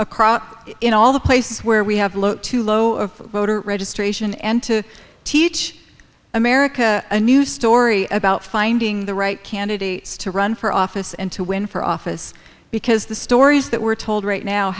across in all the places where we have low to low of voter registration and to teach america a new story about finding the right candidates to run for office and to win for office because the stories that we're told right now